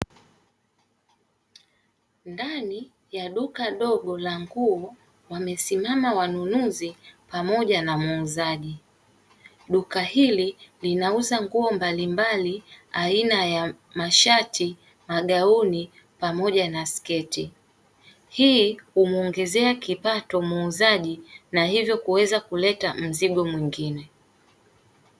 Ndani ya duka ndogo la nguo wamesimama wanunuzi pamoja na muuzaji, linauza nguo mbalimbali aina ya mashati, magauni pamoja na sketi. Hii humuongezea kipato muuzaji na hivyo kuweza kuleta mzigo mwingine.